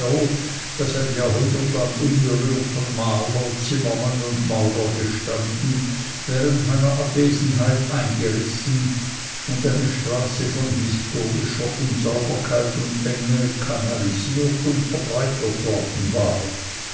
das ein jahrhundert lang unberührt von maler zimmermann und maurer gestanden während meiner abwesenheit eingerissen und eine straße von historischer unsauberkeit und enge kanalisiert und verbreitert worden war